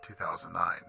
2009